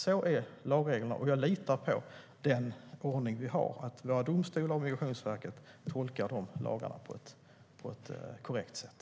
Så är lagreglerna, och jag litar på den ordning vi har, att våra domstolar och Migrationsverket tolkar de lagarna på ett korrekt sätt.